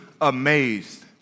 amazed